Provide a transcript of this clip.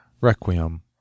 Requiem